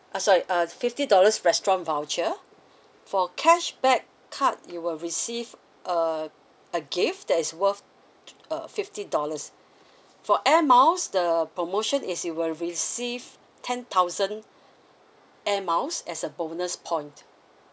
uh sorry uh fifty dollars restaurant voucher for cashback card you will receive uh a gift that is worth uh fifty dollars for air miles the promotion is you will receive ten thousand air miles as a bonus point